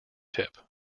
tip